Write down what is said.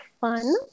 fun